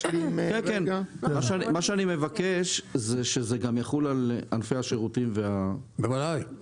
מה שאני מבקש זה שהרגולציה תחול גם על ענפי השירותים והפיננסים.